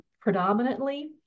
predominantly